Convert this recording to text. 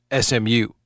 SMU